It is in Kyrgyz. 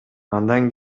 андан